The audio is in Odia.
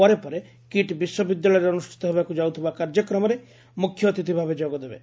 ପରେ ପରେ କିଟ୍ ବିଶ୍ୱବିଦ୍ୟାଳୟରେ ଅନୁଷ୍ବିତ ହେବାକୁ ଯାଉଥିବା କାର୍ଯ୍ୟକ୍ରମରେ ମୁଖ୍ୟ ଅତିଥିଭାବେ ଯୋଗଦେବେ